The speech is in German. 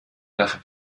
nach